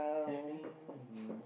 tiding um